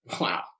Wow